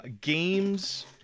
games